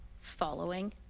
following